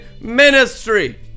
ministry